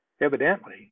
evidently